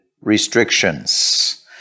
restrictions